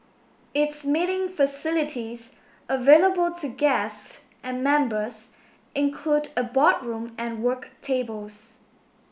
its meeting facilities available to guests and members include a boardroom and work tables